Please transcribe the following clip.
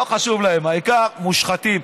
לא חשוב להם, העיקר: מושחתים.